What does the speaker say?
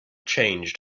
changed